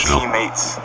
teammates